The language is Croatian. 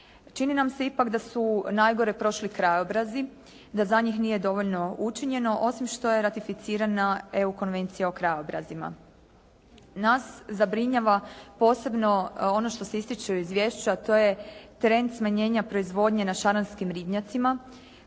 Čini nam se ipak da su najgore prošli krajobrazi, da za njih nije dovoljno učinjeno, osim što je ratificirana EU konvencija o krajobrazima. Nas zabrinjava posebno ono što se ističe u izvješću, a to je trend smanjenja proizvodnje na šaranskim ribnjacima